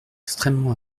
extrêmement